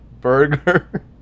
burger